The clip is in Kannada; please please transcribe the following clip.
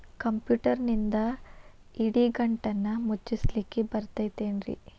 ಕಂಪ್ಯೂಟರ್ನಿಂದ್ ಇಡಿಗಂಟನ್ನ ಮುಚ್ಚಸ್ಲಿಕ್ಕೆ ಬರತೈತೇನ್ರೇ?